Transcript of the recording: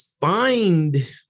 find